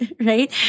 right